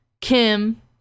kim